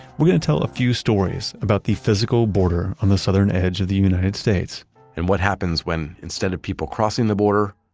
and tell a few stories about the physical border on the southern edge of the united states and what happens when instead of people crossing the border,